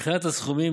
מבחינת הסכומים,